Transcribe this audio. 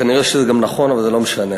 כנראה זה גם נכון, אבל זה לא משנה.